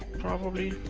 probably,